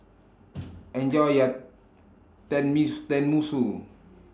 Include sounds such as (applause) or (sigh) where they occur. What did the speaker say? Enjoy your (unintelligible) Tenmusu